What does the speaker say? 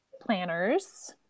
planners